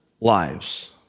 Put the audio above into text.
lives